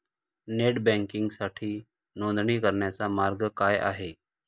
Net बँकिंगसाठी नोंदणी करण्याचा मार्ग काय आहे?